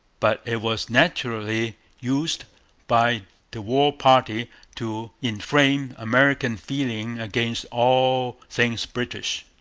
but it was naturally used by the war party to inflame american feeling against all things british.